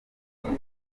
twari